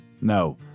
No